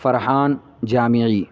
Farhan Jamai